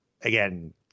Again